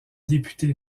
député